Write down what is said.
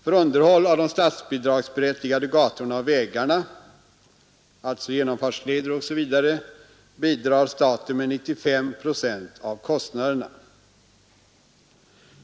För underhåll av de statsbidragsberättigade gatorna och vägarna — alltså genomfartsleder osv. — bidrar staten med 95 procent av kostnaderna.